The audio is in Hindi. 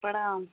प्रणाम